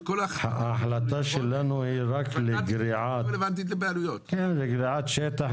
--- ההחלטה שלנו היא רק לגבי גריעת שטח.